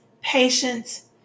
patience